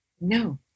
No